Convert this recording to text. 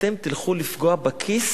אתם תלכו לפגוע בכיס